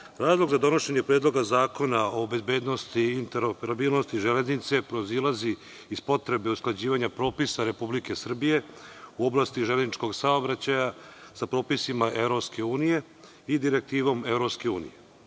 mreži. Razlog za donošenje Predloga zakona o bezbednosti i interoperabilnosti železnice proizilazi iz potrebe usklađivanja propisa Republike Srbije u oblasti železničkog saobraćaja, sa propisima EU, i Direktivom EU,